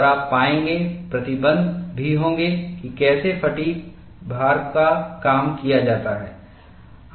और आप पाएंगे प्रतिबंध भी होंगे कि कैसे फ़ैटिग् भार का काम किया जाता है